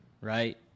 right